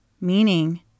meaning